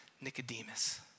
Nicodemus